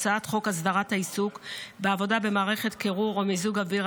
הצעת חוק הסדרת העיסוק בעבודה במערכת קירור או מיזוג אוויר,